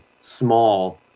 small